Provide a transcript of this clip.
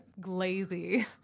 glazy